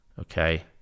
okay